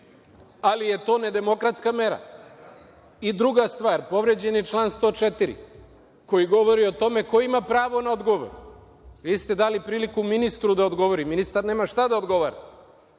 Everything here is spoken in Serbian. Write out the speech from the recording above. ali je to nedemokratska mera. Druga stvar, povređen je član 104. koji govori o tome ko ima pravo na odgovor. Vi ste dali priliku ministru da odgovori. Ministar nema šta da odgovara.